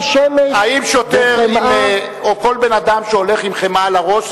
האם שוטר או כל אדם שהולך עם חמאה על הראש,